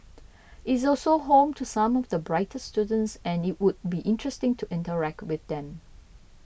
is also home to some of the brightest students and it would be interesting to interact with them